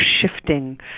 shifting